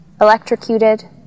electrocuted